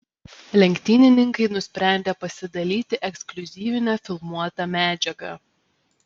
lenktynininkai nusprendė pasidalyti ekskliuzyvine filmuota medžiaga